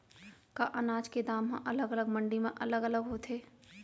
का अनाज के दाम हा अलग अलग मंडी म अलग अलग होथे?